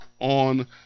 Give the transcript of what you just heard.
on